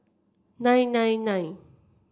nine nine nine